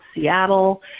Seattle